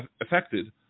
affected